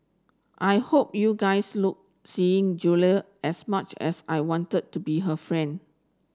I hope you guys look seeing Julia as much as I wanted to be her friend